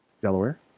Delaware